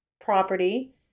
property